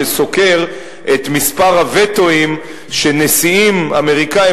שסוקר את מספר הטלות הווטו שנשיאים אמריקנים